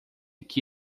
que